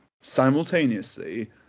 Simultaneously